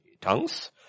tongues